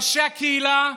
ראשי הקהילה,